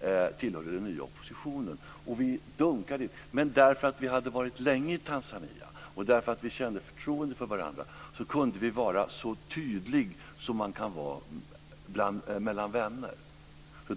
Vi tillhörde den nya oppositionen. På grund av att vi hade varit i Tanzania länge och på grund av att vi kände förtroende för varandra kunde vi vara så tydliga som man kan vara mellan vänner.